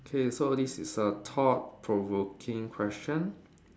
okay so this is a thought provoking question